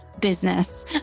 business